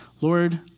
Lord